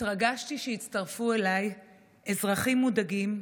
התרגשתי שהצטרפו אליי אזרחים מודאגים,